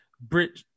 Brit